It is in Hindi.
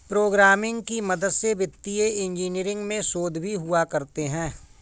प्रोग्रामिंग की मदद से वित्तीय इन्जीनियरिंग में शोध भी हुआ करते हैं